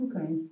Okay